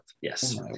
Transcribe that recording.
Yes